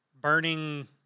burning